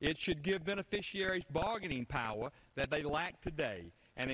it should give beneficiaries bargaining power that they lack today and